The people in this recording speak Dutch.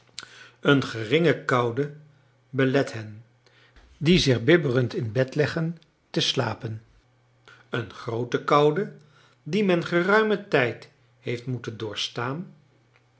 een geringe koude belet hen die zich bibberend in bed leggen te slapen een groote koude die men geruimen tijd heeft moeten doorstaan